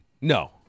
no